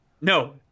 No